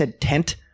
tent